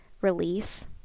release